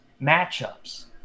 matchups